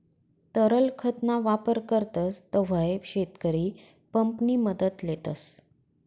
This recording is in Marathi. तरल खत ना वापर करतस तव्हय शेतकरी पंप नि मदत लेतस